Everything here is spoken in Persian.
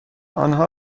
آنها